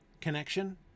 connection